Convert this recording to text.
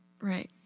Right